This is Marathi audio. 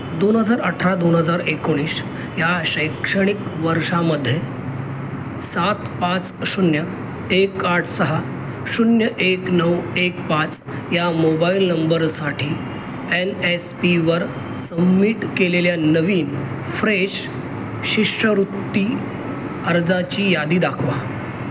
दोन हजार अठरा दोन हजार एकोणीस ह्या शैक्षणिक वर्षामध्ये सात पाच शून्य एक आठ सहा शून्य एक नऊ एक पाच या मोबाईल नंबरसाठी एन एस पीवर समिट केलेल्या नवीन फ्रेश शिष्यवृत्ती अर्जाची यादी दाखवा